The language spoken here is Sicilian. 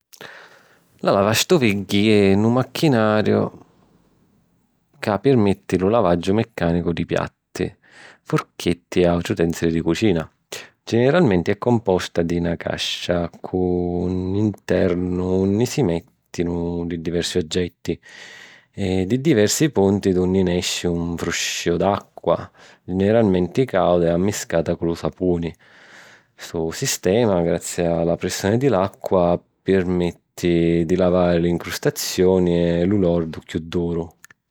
La lavastuvigghi è un machinariu ca pirmetti lu lavaggiu meccànicu di piatti, furchetti e àutri utènsili di cucina. Generalmenti è cumposta di na cascia, cu 'n internu unni si mèttinu li diversi oggetti, e di diversi punti d’unni nesci un frusciu d’acqua generalmenti càuda e ammiscata cu lu sapuni. Stu sistema, grazi a la pressioni di l’acqua, pirmetti di livari l’incrustazioni e lu lordu chiù duru.